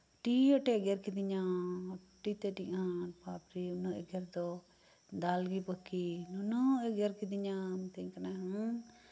ᱟᱹᱰᱤ ᱟᱸᱴ ᱮ ᱮᱜᱮᱨ ᱠᱮᱫᱤᱧᱟ ᱟᱹᱰᱤ ᱛᱮᱫ ᱟᱹᱰᱤ ᱟᱸᱴ ᱵᱟᱯᱨᱮ ᱩᱱᱟᱹᱜ ᱮᱜᱮᱨ ᱫᱚ ᱫᱟᱞ ᱜᱮ ᱵᱟᱹᱠᱤ ᱱᱩᱱᱟᱹᱜ ᱮ ᱮᱜᱮᱨ ᱠᱮᱫᱤᱧᱟ ᱢᱮᱛᱟᱹᱧ ᱠᱟᱱᱟᱭ ᱦᱮᱸ